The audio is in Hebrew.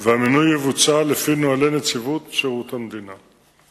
והמינוי יבוצע לפי נוהלי נציבות שירות המדינה.